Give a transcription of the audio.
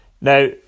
Now